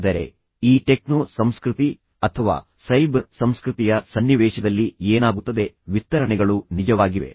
ಆದರೆ ಈ ಟೆಕ್ನೋ ಸಂಸ್ಕೃತಿ ಅಥವಾ ಸೈಬರ್ ಸಂಸ್ಕೃತಿಯ ಸನ್ನಿವೇಶದಲ್ಲಿ ಏನಾಗುತ್ತದೆ ವಿಸ್ತರಣೆಗಳು ನಿಜವಾಗಿವೆ